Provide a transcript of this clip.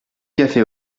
café